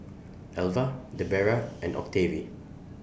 Elva Debera and Octavie